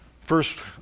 First